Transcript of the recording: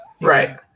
Right